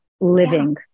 living